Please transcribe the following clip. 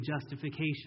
justification